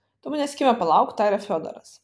tu manęs kieme palauk tarė fiodoras